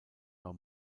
war